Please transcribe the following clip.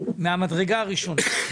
מהמדרגה הראשונה.